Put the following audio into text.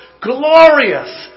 glorious